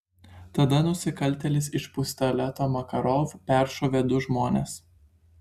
tada nusikaltėlis iš pistoleto makarov peršovė du žmones